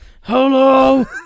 hello